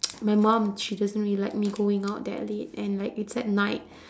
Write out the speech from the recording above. my mum she doesn't really like me going out that late and like it's at night